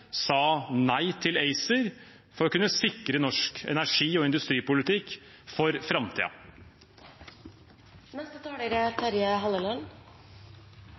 sa nei til ACER, for å kunne sikre norsk energi- og industripolitikk for framtiden. Jeg vil berømme forslagsstilleren for å løfte opp næringspolitikk på dagsordenen. Det er